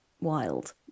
wild